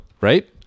Right